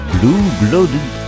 Blue-Blooded